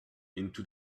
into